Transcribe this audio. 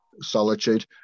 Solitude